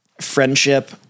friendship